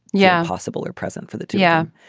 yeah. possible or present for the. yeah.